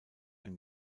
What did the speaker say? ein